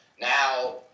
Now